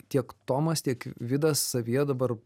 tiek tomas tiek vidas savyje dabar